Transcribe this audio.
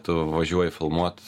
tu važiuoji filmuot